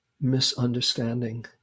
misunderstanding